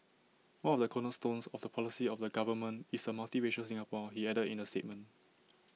one of the cornerstones of the policy of the government is A multiracial Singapore he added in A statement